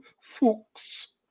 Fuchs